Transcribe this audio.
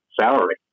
salary